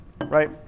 right